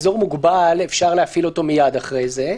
האזור מוגבל ואפשר להפעיל אותו מייד אחרי זה,